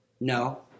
No